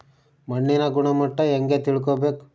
ಮಣ್ಣಿನ ಗುಣಮಟ್ಟ ಹೆಂಗೆ ತಿಳ್ಕೊಬೇಕು?